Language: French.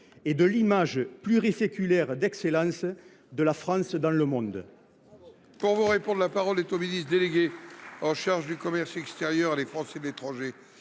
de l’image pluriséculaire d’excellence de la France dans le monde.